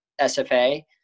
SFA